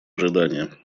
ожидания